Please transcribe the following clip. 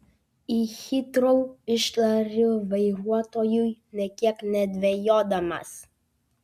į hitrou ištariu vairuotojui nė kiek nedvejodamas